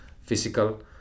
physical